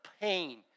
pain